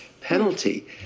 penalty